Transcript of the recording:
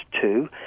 two